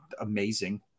amazing